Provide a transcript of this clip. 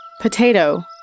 Potato